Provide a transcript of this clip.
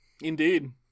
indeed